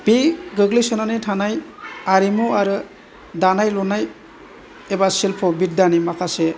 बे गोग्लैसोनानै थानाय आरिमु आरो दानाय लुनाय एबा सिल्फ' बिद्दानि माखासे